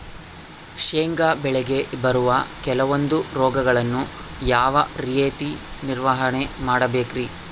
ಶೇಂಗಾ ಬೆಳೆಗೆ ಬರುವ ಕೆಲವೊಂದು ರೋಗಗಳನ್ನು ಯಾವ ರೇತಿ ನಿರ್ವಹಣೆ ಮಾಡಬೇಕ್ರಿ?